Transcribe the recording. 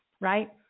right